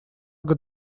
год